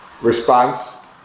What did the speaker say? response